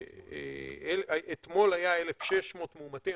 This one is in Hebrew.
אתמול היו 1,600 מאומתים,